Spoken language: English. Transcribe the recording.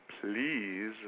please